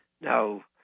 Now